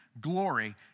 glory